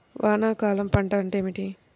వానాకాలం పంట అంటే ఏమిటి?